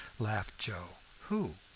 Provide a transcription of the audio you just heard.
laughed joe. who?